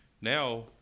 now